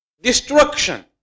destruction